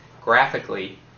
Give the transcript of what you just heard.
graphically